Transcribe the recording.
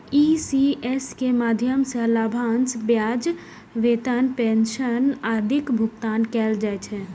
ECS के माध्यम सं लाभांश, ब्याज, वेतन, पेंशन आदिक भुगतान कैल जाइ छै